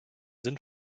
sinn